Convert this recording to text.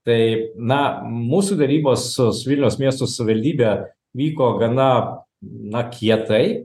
tai na mūsų derybos su su vilniaus miesto savivaldybe vyko gana na kietai